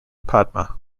padma